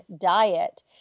diet